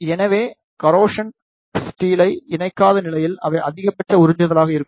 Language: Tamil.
எனவே கரோசன் ஸ்டீலை இணைக்காத நிலையில் அவை அதிகபட்ச உறிஞ்சுதலாக இருக்கும்